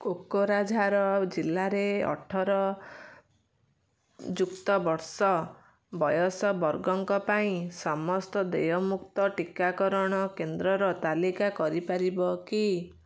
କୋକରାଝାର ଜିଲ୍ଲାରେ ଅଠର ଯୁକ୍ତ ବର୍ଷ ବୟସ ବର୍ଗଙ୍କ ପାଇଁ ସମସ୍ତ ଦେୟମୁକ୍ତ ଟିକାକରଣ କେନ୍ଦ୍ରର ତାଲିକା କରିପାରିବ କି